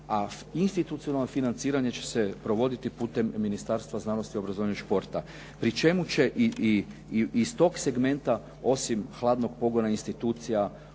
a institucionalno financiranje će se provoditi putem Ministarstva znanosti, obrazovanja i športa pri čemu će i iz tog segmenta osim hladnog pogona institucija,